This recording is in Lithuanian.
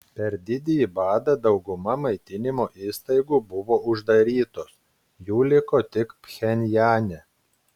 per didįjį badą dauguma maitinimo įstaigų buvo uždarytos jų liko tik pchenjane